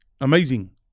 amazing